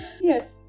Yes